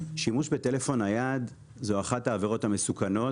שימוש בטלפון נייד זו אחת העבירות המסוכנות,